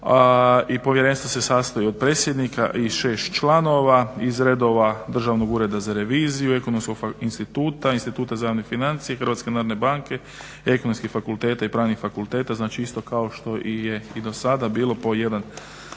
i Povjerenstvo se sastoji od predsjednika i šest članova iz redova Državnog ureda za reviziju, Ekonomskog instituta, Instituta za javne financije, Hrvatske narodne banke, ekonomskih fakulteta i pravnih fakulteta. Znači, isto kao što je i do sada bio po jedan